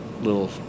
little